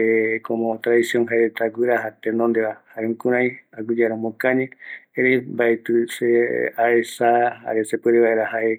como tradicion jaereta guïraja tenondeva, jare jukurai aguiyeara omokañi, erei mbaetï se aesa jare sepuerevaera jae.